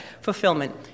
fulfillment